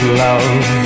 love